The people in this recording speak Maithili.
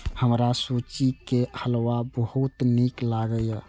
हमरा सूजी के हलुआ बहुत नीक लागैए